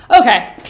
okay